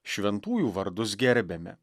šventųjų vardus gerbiame